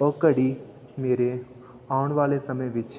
ਉਹ ਘੜੀ ਮੇਰੇ ਆਉਣ ਵਾਲੇ ਸਮੇਂ ਵਿੱਚ